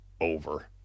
over